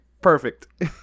perfect